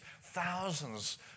thousands